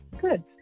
Good